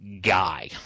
guy